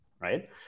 Right